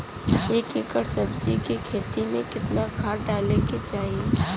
एक एकड़ सब्जी के खेती में कितना खाद डाले के चाही?